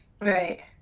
right